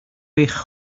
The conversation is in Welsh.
eich